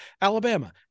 Alabama